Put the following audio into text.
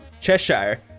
Cheshire